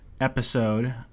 episode